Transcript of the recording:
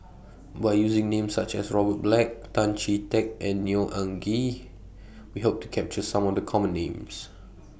By using Names such as Robert Black Tan Chee Teck and Neo Anngee We Hope to capture Some of The Common Names